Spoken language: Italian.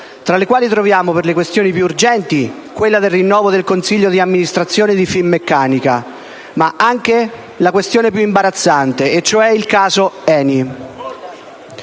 tra cui troviamo, per le questioni più urgenti, quella del rinnovo del consiglio di amministrazione di Finmeccanica, ma anche la questione più imbarazzante, cioè il caso di